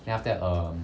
then after that um